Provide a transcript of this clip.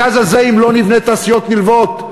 הגז הזה, אם לא נבנה תעשיות נלוות,